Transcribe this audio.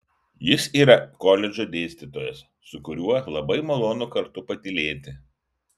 jis yra koledžo dėstytojas su kuriuo labai malonu kartu patylėti